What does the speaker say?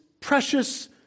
precious